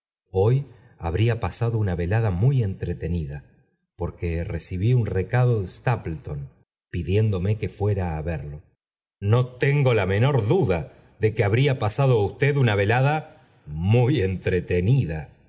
hoy habría pasado un velada muy entretenida porque recibí un recado de stapleton pidiéndome que fuera ó verlo no tengo la menor duda de que habría pasado usted una velada muy entretenida